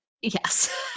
Yes